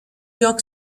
york